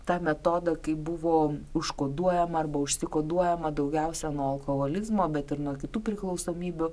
tą metodą kai buvo užkoduojama arba užsikoduojama daugiausia nuo alkoholizmo bet ir nuo kitų priklausomybių